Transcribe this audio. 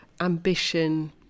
ambition